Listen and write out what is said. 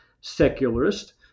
secularist